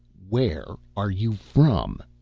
where are you from?